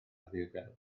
ddiogelwch